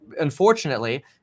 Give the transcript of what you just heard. unfortunately